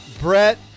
Brett